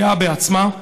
גאה בעצמה,